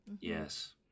yes